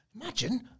imagine